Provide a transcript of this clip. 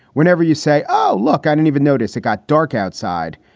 whenever you say, oh, look, i don't even notice it got dark outside.